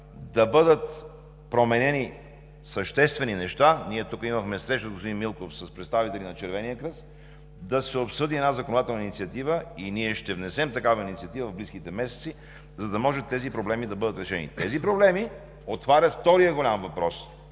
да бъдат променени съществени неща. Ние тук имахме среща с господин Милков с представители на Червения кръст да се обсъди една законодателна инициатива и ние ще внесем такава инициатива в близките месеци, за да може тези проблеми да бъдат решени. Тези проблеми отварят втория голям въпрос,